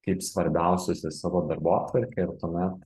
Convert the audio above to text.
kaip svarbiausius į savo darbotvarkę ir tuomet